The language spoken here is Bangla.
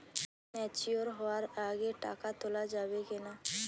ম্যাচিওর হওয়ার আগে টাকা তোলা যাবে কিনা?